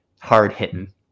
hard-hitting